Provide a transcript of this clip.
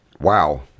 Wow